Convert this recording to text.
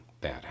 bad